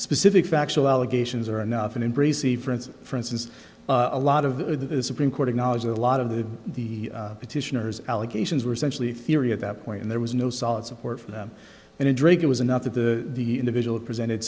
specific factual allegations are enough and in breezy france for instance a lot of the supreme court acknowledged a lot of the the petitioners allegations were essentially theory at that point and there was no solid support for them and a drink it was enough that the the individual presented